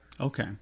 Okay